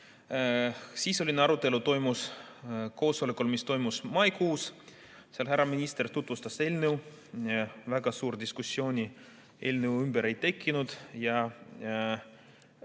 Sisuline arutelu toimus koosolekul, mis toimus maikuus. Seal härra minister tutvustas eelnõu. Väga suurt diskussiooni eelnõu ümber ei tekkinud.